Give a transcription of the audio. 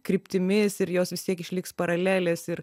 kryptimis ir jos vis tiek išliks paralelės ir